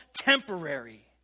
temporary